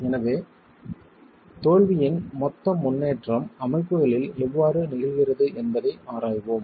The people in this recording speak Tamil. எனவே தோல்வியின் மொத்த முன்னேற்றம் அமைப்புகளில் எவ்வாறு நிகழ்கிறது என்பதை ஆராய்வோம்